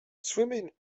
swimming